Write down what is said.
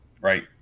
right